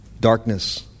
Darkness